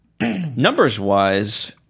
Numbers-wise